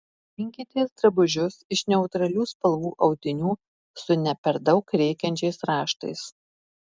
rinkitės drabužius iš neutralių spalvų audinių su ne per daug rėkiančiais raštais